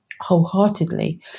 wholeheartedly